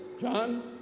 John